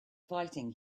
fighting